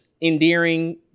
endearing